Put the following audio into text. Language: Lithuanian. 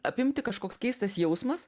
apimti kažkoks keistas jausmas